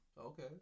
Okay